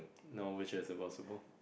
and all ways which is possible